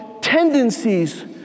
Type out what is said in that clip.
tendencies